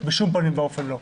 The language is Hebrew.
בשום פנים ואופן לא.